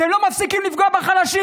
אתם לא מפסיקים לפגוע בחלשים.